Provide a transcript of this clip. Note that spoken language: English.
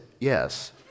yes